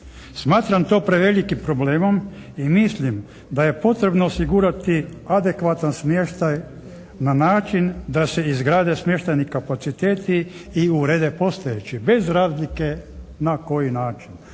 Smatram to prevelikim problemom i mislim da je potrebno osigurati adekvatan smještaj na način da se izgrade smještajni kapaciteti i urede postojeći bez razlike na koji način.